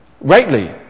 Rightly